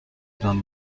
بودم